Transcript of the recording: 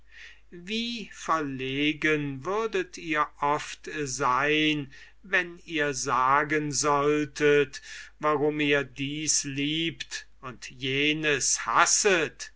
wie verlegen würdet ihr oft sein wenn ihr sagen solltet warum ihr dies liebt und jenes hasset